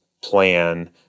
plan